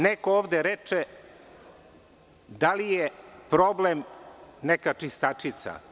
Neke ovde reče – da li je problem neka čistačica?